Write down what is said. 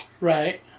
Right